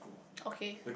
okay